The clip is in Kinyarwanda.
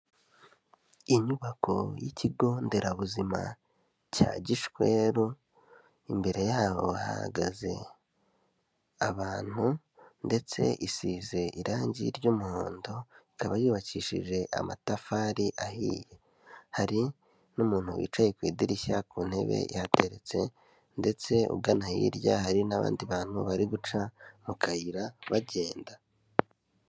Inyubako y'ikigo nderabuzima cya Gishweru, imbere yaho hahagaze abantu ndetse isize irangi ry'umuhondo, ikaba yubakishije amatafari ahiye, hari n'umuntu wicaye ku idirishya ku ntebe ihateretse ndetse ugana hirya hari n'abandi bantu bari guca mu kayira bagenda.